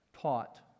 taught